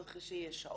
צריך שיהיה שעות,